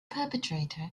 perpetrator